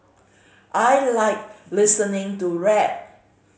I like listening to rap